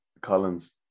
Collins